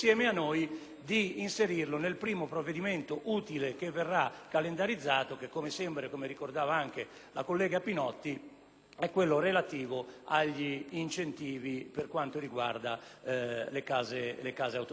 di inserirlo nel primo provvedimento utile che verrà calendarizzato, che a quanto pare, secondo quanto ricordava anche la collega Pinotti, è quello relativo agli incentivi per le case automobilistiche.